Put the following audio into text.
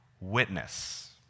witness